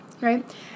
right